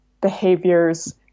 behaviors